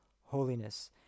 holiness